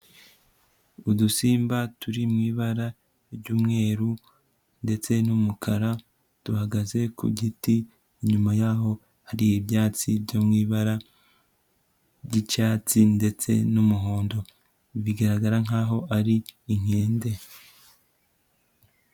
Udusimba turi mu ibara ry'umweru ndetse n'umukara duhagaze ku giti, inyuma yaho hari ibyatsi byo mu ibara ry'icyatsi ndetse n'umuhondo bigaragara nkaho ari inkende.